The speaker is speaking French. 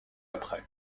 après